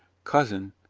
cousin,